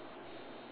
ya